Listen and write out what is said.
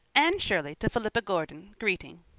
anne shirley to philippa gordon, greeting.